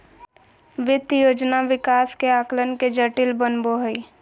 वित्त योजना विकास के आकलन के जटिल बनबो हइ